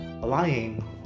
lying